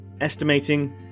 estimating